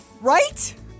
Right